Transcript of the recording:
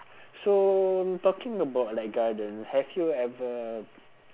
so talking about like garden have you ever